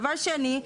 הדבר השני,